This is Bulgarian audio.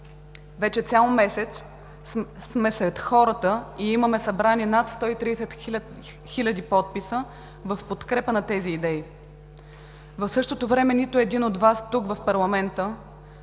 Вече цял месец сме сред хората и имаме събрани над 130 хиляди подписа в подкрепа на тези идеи. В същото време нито един от Вас тук, в парламента,